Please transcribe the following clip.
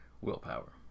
willpower